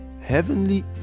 heavenly